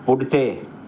पुढचे